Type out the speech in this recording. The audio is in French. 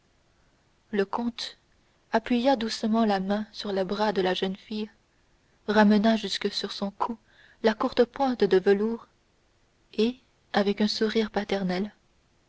le comte appuya doucement la main sur le bras de la jeune fille ramena jusque sur son cou la courtepointe de velours et avec un sourire paternel